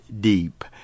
deep